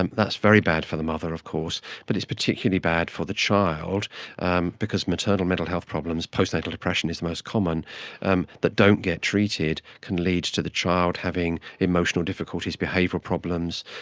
um that's very bad for the mother of course but it's particularly bad for the child um because maternal mental health problems, postnatal depression is the most common um that don't get treated can lead to the child having emotional difficulties, behavioural problems,